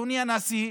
אדוני הנשיא,